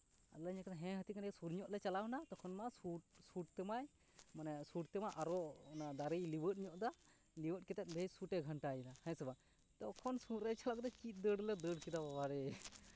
ᱟᱨᱞᱮ ᱧᱮᱞᱮ ᱠᱟᱱᱟ ᱦᱮᱸ ᱦᱟᱹᱛᱤ ᱠᱟᱱ ᱜᱮᱭᱟᱭ ᱥᱩᱨ ᱧᱚᱜ ᱞᱮ ᱪᱟᱞᱟᱣᱱᱟ ᱛᱚᱠᱷᱚᱱ ᱢᱟ ᱥᱩᱲ ᱛᱮᱢᱟᱭ ᱥᱩᱲ ᱛᱮᱢᱟᱭ ᱟᱨᱚ ᱚᱱᱟ ᱫᱟᱨᱮᱭ ᱞᱤᱣᱭᱮᱫ ᱧᱚᱜ ᱫᱟ ᱞᱤᱣᱭᱮᱫ ᱠᱟᱛᱮᱫ ᱵᱮᱥ ᱥᱩᱲ ᱛᱮᱭ ᱜᱷᱟᱱᱴᱟᱭᱮᱫᱟ ᱦᱮᱸ ᱥᱮ ᱵᱟᱝ ᱛᱚᱠᱷᱚᱱ ᱥᱩᱨ ᱨᱮ ᱪᱟᱞᱟᱣ ᱠᱟᱛᱮᱫ ᱪᱮᱫ ᱫᱟᱹᱲᱞᱮ ᱫᱟᱹᱲ ᱠᱮᱫᱟ ᱵᱟᱵᱟᱨᱮ